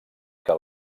que